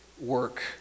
work